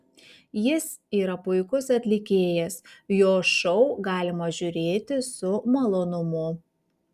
jis yra puikus atlikėjas jo šou galima žiūrėti su malonumu